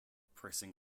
pressing